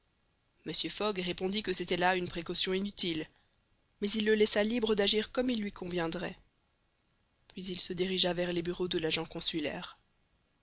mr fogg répondit que c'était là une précaution inutile mais il le laissa libre d'agir comme il lui conviendrait puis il se dirigea vers les bureaux de l'agent consulaire